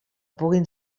puguin